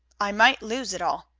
i might lose it all.